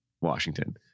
Washington